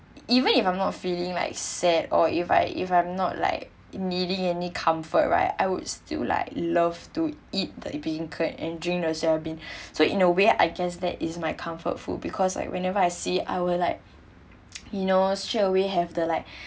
even if I'm not feeling like sad or if I if I'm not like needing any comfort right I would still like love to eat the beancurd and drink the soya bean so in a way I guess that is my comfort food because like whenever I see I will like you know straight away have the like